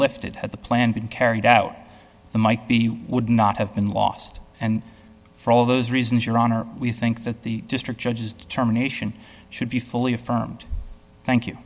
lifted at the plant been carried out the might be would not have been lost and for all those reasons your honor we think that the district judges determination should be fully affirmed thank you